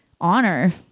honor